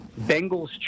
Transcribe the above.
Bengals